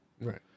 right